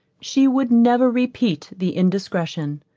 she would never repeat the indiscretion.